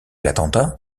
l’attentat